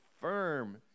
firm